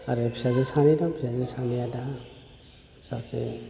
आरो फिसाजो सानै दं फिसाजो सानैया दा सासे